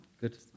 Good